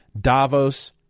Davos